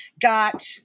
got